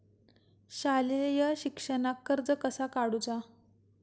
शालेय शिक्षणाक कर्ज कसा काढूचा?